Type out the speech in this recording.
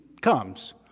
comes